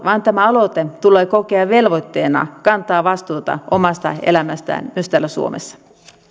vaan tämä aloite tulee kokea velvoitteena kantaa vastuuta omasta elämästään myös täällä suomessa